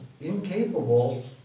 incapable